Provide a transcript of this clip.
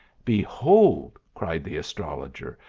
behold, cried the astrologer,